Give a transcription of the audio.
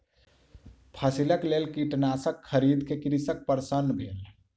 फसिलक लेल कीटनाशक खरीद क कृषक प्रसन्न भेल